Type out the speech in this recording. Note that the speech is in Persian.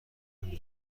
نمی